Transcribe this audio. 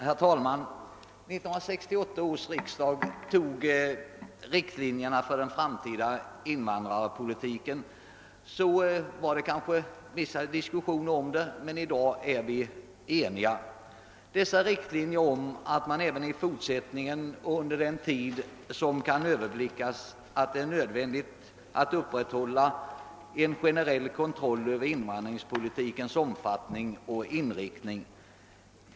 Herr talman! När 1968 års riksdag antog riktlinjerna för den framtida invandringspolitiken förekom kanske vissa diskussioner. I dag är vi eniga om att det även i fortsättningen under den tid som kan överblickas är nödvändigt att upprätthålla en generell kontroll över invandringspolitikens omfattning och inriktning.